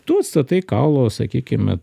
tu atstatai kaulo sakykime